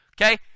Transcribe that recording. Okay